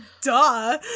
duh